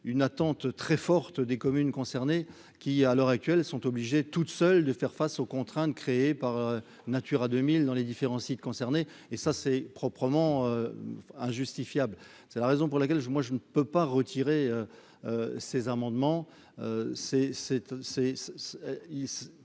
une attente très forte des communes concernées, qui, à l'heure actuelle, sont obligées de faire face seules aux contraintes créées par Natura 2000 dans les différents sites, ce qui est tout à fait injustifiable. C'est la raison pour laquelle je ne peux pas retirer ces amendements,